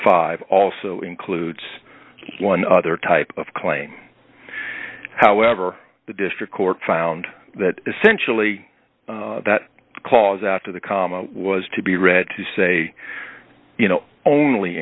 five also includes one other type of claim however the district court found that essentially that clause after the comma was to be read to say you know only